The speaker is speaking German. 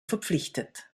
verpflichtet